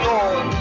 Lord